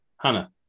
Hannah